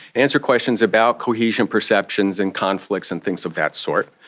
answer questions about cohesion perceptions and conflicts and things of that sort.